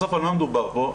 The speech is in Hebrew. בסוף על מה מדובר פה?